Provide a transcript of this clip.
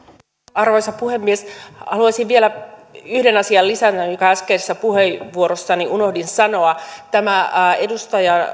arvoisa puhemies haluaisin vielä lisätä yhden asian jonka äskeisessä puheenvuorossani unohdin sanoa tämä edustaja